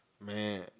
Man